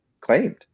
claimed